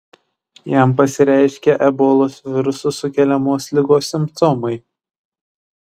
jam pasireiškė ebolos viruso sukeliamos ligos simptomai